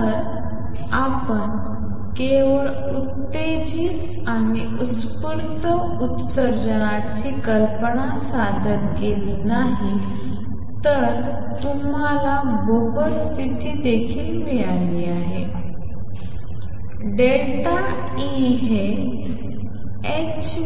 तर आपण केवळ उत्तेजित आणि उत्स्फूर्त उत्सर्जनाची कल्पनाच सादर केली नाही तर तुम्हाला बोहर स्थिती देखील मिळाली आहे ΔE हे h